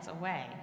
away